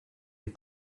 est